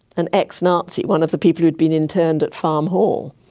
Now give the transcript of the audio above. an ex-nazi, one of the people who had been interned at farm hall,